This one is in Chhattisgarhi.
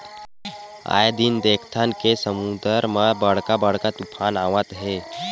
आए दिन देखथन के समुद्दर म बड़का बड़का तुफान आवत हे